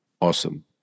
Awesome